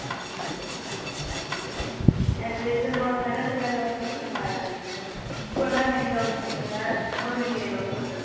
ஆ எனக்கு இதில் மிளகு தக்காளியில் ஒன்று கொடுத்துருங்க அது ம் பொன்னாங்கண்ணியில் ஒன்று கொடுத்துருங்க முருங்கைக் கீரையில் ஒன்று கொடுத்துருங்க